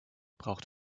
braucht